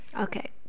okay